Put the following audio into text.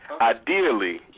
Ideally